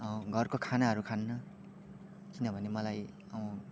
घरको खानाहरू खान्नँ किनभने मलाई